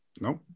Nope